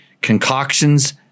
concoctions